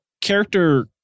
character